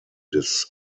des